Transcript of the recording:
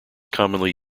commonly